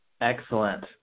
Excellent